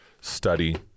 study